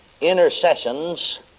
intercessions